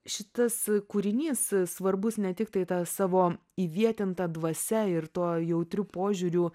šitas kūrinys svarbus ne tiktai ta savo įvietinta dvasia ir tuo jautriu požiūriu